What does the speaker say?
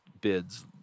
bids